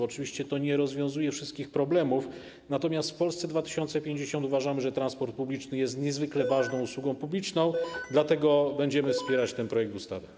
Oczywiście to nie rozwiązuje wszystkich problemów, natomiast w Polsce 2050 uważamy, że transport publiczny jest niezwykle ważną usługą publiczną, dlatego będziemy wspierać ten projekt ustawy.